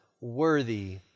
worthy